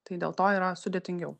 tai dėl to yra sudėtingiau